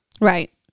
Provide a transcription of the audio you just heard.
right